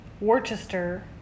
worcester